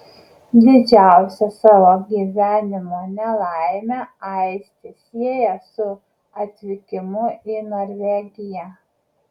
didžiausią savo gyvenimo nelaimę aistė sieja su atvykimu į norvegiją